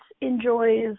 enjoys